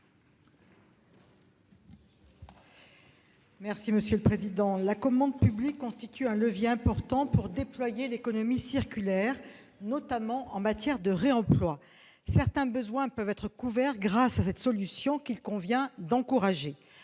Estrosi Sassone. La commande publique constitue un levier important pour déployer l'économie circulaire, notamment en matière de réemploi. Certains besoins peuvent être couverts grâce à cette solution, qu'il convient d'encourager.